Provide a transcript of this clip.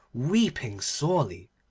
weeping sorely.